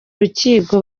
urukiko